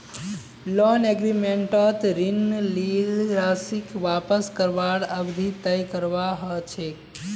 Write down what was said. loan एग्रीमेंटत ऋण लील राशीक वापस करवार अवधि तय करवा ह छेक